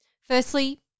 Firstly